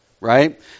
right